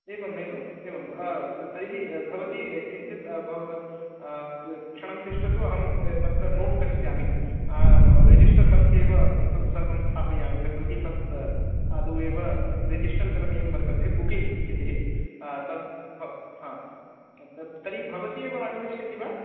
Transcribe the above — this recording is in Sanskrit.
एवम् एवम् एवं अ त तर्हि भवती किञ्चिद् क्षणं तिष्ठतु अहं तत्र नोट् करिष्यामि रेजिस्टर् मध्ये एव तत्सर्वं स्थापयामि यतोहि तत् आदौ एव रेजिस्टर् करणीयं वर्तते बुकिङ्ग् इति तत् तर्हि भवती एव आगमिष्यति वा